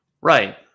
Right